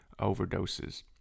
overdoses